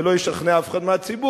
זה לא ישכנע אף אחד מהציבור,